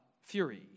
fury